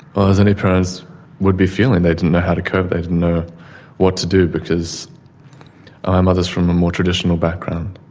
ah as any parents would be feeling, they didn't know how to cope, they didn't know what to do because my mother is from a more traditional background,